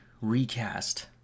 recast